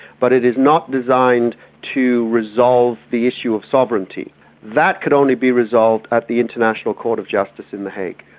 but it is not designed to resolve the issue of sovereignty that could only be resolved at the international court of justice in the hague.